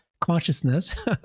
consciousness